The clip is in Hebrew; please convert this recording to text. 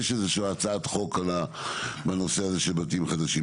יש איזושהי הצעת חוק בנושא הזה של בתים חדשים.